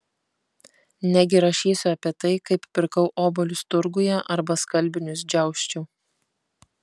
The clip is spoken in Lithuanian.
negi rašysiu apie tai kaip pirkau obuolius turguje arba skalbinius džiausčiau